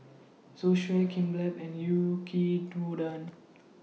Zosui Kimbap and Yaki Udon